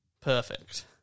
Perfect